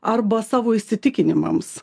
arba savo įsitikinimams